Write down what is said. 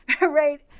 right